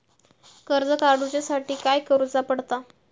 कर्ज काडूच्या साठी काय करुचा पडता?